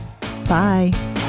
Bye